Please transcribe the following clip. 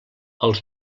els